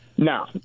No